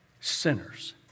sinners